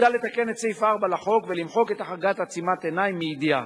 מוצע לתקן את סעיף 4 לחוק ולמחוק את החרגת "עצימת עיניים" מ"ידיעה".